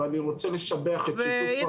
ואני רוצה לשבח את שיתוף הפעולה.